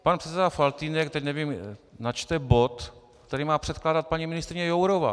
Pan předseda Faltýnek, teď nevím, načte bod, který má předkládat paní ministryně Jourová.